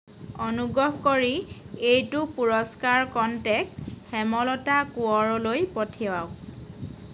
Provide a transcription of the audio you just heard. অনুগ্ৰহ কৰি এইটো পুৰস্কাৰ কনটেক্ট হেমলতা কোঁৱৰলৈ পঠিৱাওক